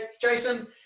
Jason